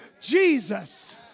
Jesus